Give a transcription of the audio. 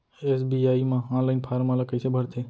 SBI म online form ल कइसे भरथे?